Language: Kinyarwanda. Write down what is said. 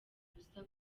ubusa